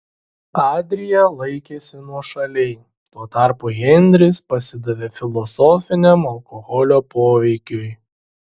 adrija laikėsi nuošaliai tuo tarpu henris pasidavė filosofiniam alkoholio poveikiui